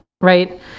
right